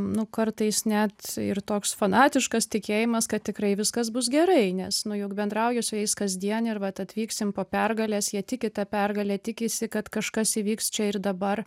nu kartais net ir toks fanatiškas tikėjimas kad tikrai viskas bus gerai nes nu juk bendrauji su jais kasdien ir vat atvyksim po pergalės jie tiki ta pergale tikisi kad kažkas įvyks čia ir dabar